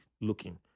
looking